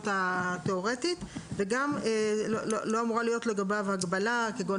התאורטיות וגם לא אמורה להיות לגביו הגבלה כגון